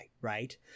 right